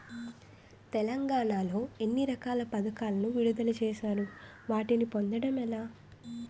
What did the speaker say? తెలంగాణ లో ఎన్ని రకాల పథకాలను విడుదల చేశారు? వాటిని పొందడం ఎలా?